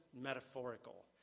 metaphorical